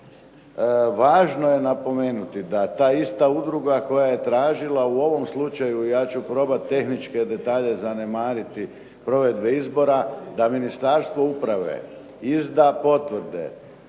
Važno je napomenuti da ta ista udruga koja je tražila u ovom slučaju, ja ću probati tehničke detalje zanemariti provedbe izbora, da Ministarstvo uprave izda potvrde